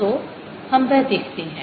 तो हम वह देखते हैं